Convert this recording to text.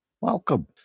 Welcome